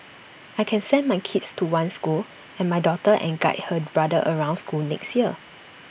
I can send my kids to one school and my daughter and guide her brother around school next year